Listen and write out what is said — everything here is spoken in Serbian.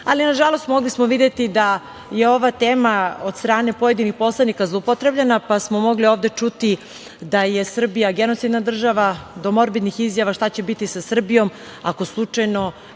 ali, nažalost, mogli smo videti da je ova tema od strane pojedinih poslanika, zloupotrebljena, pa smo mogli ovde čuti da je Srbija genocidna država, do morbidnih izjava šta će biti sa Srbijom ako slučajno